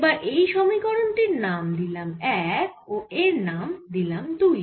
এবার এই সমীকরণ টির নাম দিলাম এক ও এর নাম দিলাম দুই